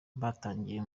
batangiye